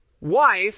wife